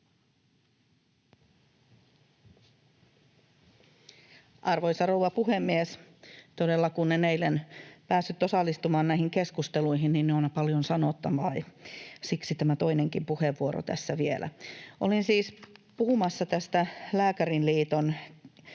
Arvoisa rouva puhemies! Todella kun en eilen päässyt osallistumaan näihin keskusteluihin, on paljon sanottavaa, ja siksi tämä toinenkin puheenvuoro tässä vielä. Olin siis puhumassa tästä Lääkäriliiton